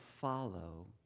follow